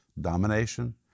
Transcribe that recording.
domination